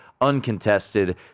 uncontested